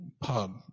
pub